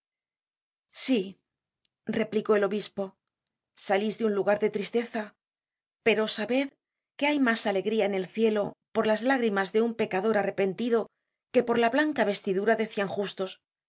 sí replicó el obispo salis de un lugar de tristeza pero sabed que hay mas alegría en el ciclo por las lágrimas de un pecador arrepentido que por la blanca vestidura de cien justos si